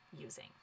using